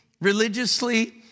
religiously